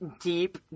deep